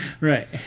Right